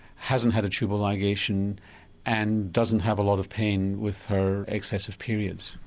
hasn't had a tubal ligation and doesn't have a lot of pain with her excessive periods?